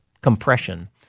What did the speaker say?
compression